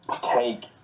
take